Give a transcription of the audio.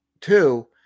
Two